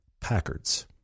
Packards